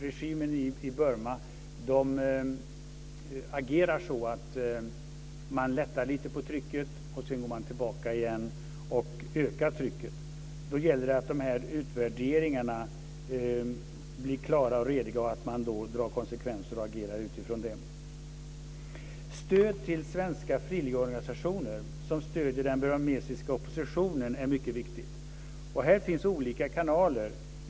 Regimen i Burma agerar ju så att man lättar lite på trycket och sedan går man tillbaka igen och ökar trycket. Då gäller det att de här utvärderingarna blir klara och rediga och att man drar konsekvenser och agerar utifrån dem. Stöd till svenska frivilligorganisationer som stöder den burmesiska oppositionen är mycket viktigt. Här finns olika kanaler.